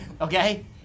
Okay